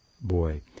boy